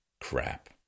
Crap